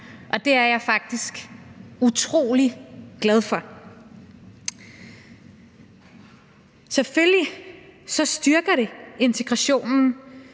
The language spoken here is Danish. og det er jeg faktisk utrolig glad for. Selvfølgelig styrker det integrationen,